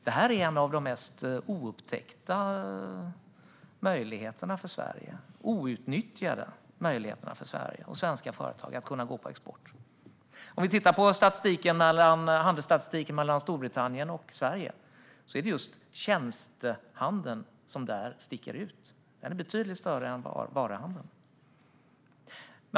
Detta är en av de mest oupptäckta och outnyttjade möjligheterna för Sverige och svenska företag - att kunna gå på export. Om vi tittar på statistiken för handel mellan Storbritannien och Sverige ser vi att det är just tjänstehandeln som sticker ut. Den är betydligt större än varuhandeln.